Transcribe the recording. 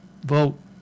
vote